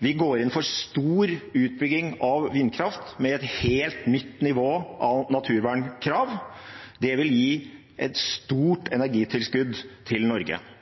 Vi går inn for stor utbygging av vindkraft, med et helt nytt nivå av naturvernkrav. Det vil gi et stort energitilskudd til Norge.